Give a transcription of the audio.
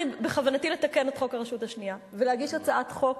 בכוונתי לתקן את חוק הרשות השנייה ולהגיש הצעת חוק